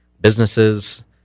businesses